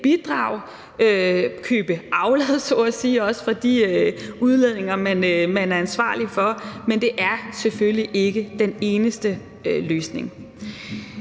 bidrag, købe aflad, så at sige, for de udledninger, man er ansvarlig for. Men det er selvfølgelig ikke den eneste løsning.